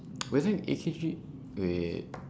but then A_K_G wait